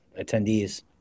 attendees